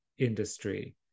industry